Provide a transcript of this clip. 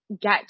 get